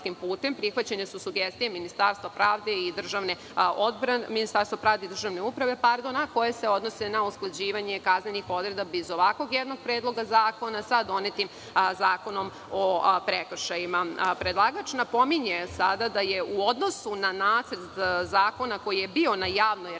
Prihvaćene su sugestije Ministarstva pravde i državne uprave koje se odnose na usklađivanje kaznenih odredbi. Iz jednog ovakvog predloga zakona sa donetim Zakonom o prekršajima, predlagač sada napominje da je u odnosu na nacrt zakona koji je bio na javnoj raspravi,